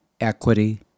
equity